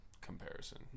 comparison